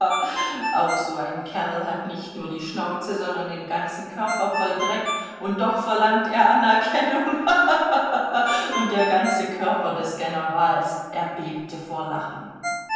auch so ein kerl hat nicht nur die schnauze sondern den ganzen körper voll dreck und doch verlangt er anerkennung ha ha ha ha und der ganze körper des generals erbebte vor lachen